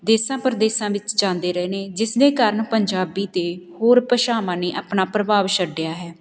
ਦੇਸਾਂ ਪ੍ਰਦੇਸਾਂ ਵਿੱਚ ਜਾਂਦੇ ਰਹੇ ਨੇ ਜਿਸ ਦੇ ਕਾਰਨ ਪੰਜਾਬੀ ਅਤੇ ਹੋਰ ਭਾਸ਼ਾਵਾਂ ਨੇ ਆਪਣਾ ਪ੍ਰਭਾਵ ਛੱਡਿਆ ਹੈ